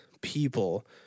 people